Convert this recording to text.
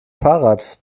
fahrrad